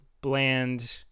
bland